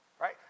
right